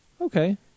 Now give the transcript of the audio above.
Okay